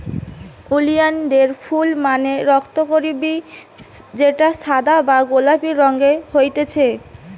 ওলিয়ানদের ফুল মানে রক্তকরবী যেটা সাদা বা গোলাপি রঙের হতিছে